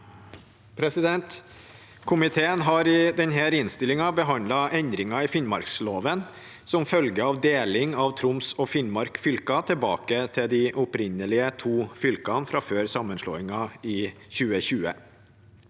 Ko- miteen har i denne innstillingen behandlet endringer i Finnmarksloven som følge av deling av Troms og Finnmark fylke tilbake til de opprinnelige to fylkene fra før sammenslåingen i 2020.